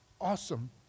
awesome